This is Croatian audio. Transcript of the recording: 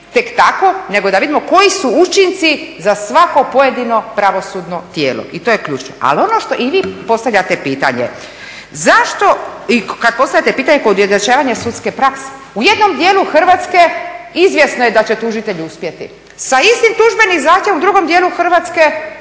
tek tako, nego da vidimo koji su učinci za svako pojedino pravosudno tijelo i to je ključno. Ali ono što i vi postavljate pitanje, zašto i kad postavljate pitanje kod ujednačavanja sudske prakse, u jednom dijelu Hrvatske izvjesno je da će tužitelj uspjeti. Sa istim tužbenim zahtjevom u drugom dijelu Hrvatske